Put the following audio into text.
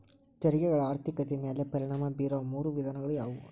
ತೆರಿಗೆಗಳ ಆರ್ಥಿಕತೆ ಮ್ಯಾಲೆ ಪರಿಣಾಮ ಬೇರೊ ಮೂರ ವಿಧಾನಗಳ ಯಾವು